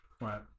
Right